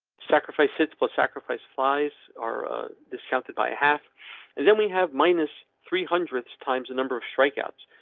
sacrificed its blood sacrifice. flies are discounted by half and then we have minus three hundreds times the number of strikeouts.